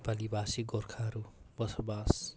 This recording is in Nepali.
नेपाली भाषी गोर्खाहरू बसोबास